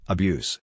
Abuse